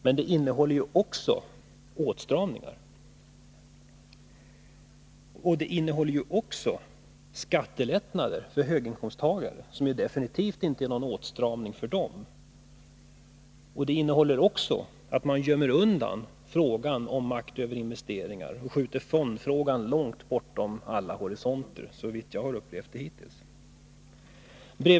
Men dessutom innebär det åtstramningar för vanligt folk och skattelättnader för höginkomsttagare, för vilka det definitivt inte blir någon åtstramning. Vidare innebär det att man gömmer undan frågan om makten över investeringarna. Fondfrågan skjuts långt bortom horisonten, såvitt jag hittills har kunnat bedöma saken.